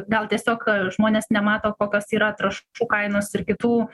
gal tiesiog žmonės nemato kokios yra trąšų kainos ir kitų